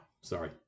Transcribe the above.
Sorry